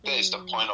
mm